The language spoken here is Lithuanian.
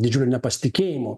didžiuliu nepasitikėjimu